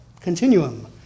continuum